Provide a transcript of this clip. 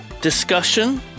discussion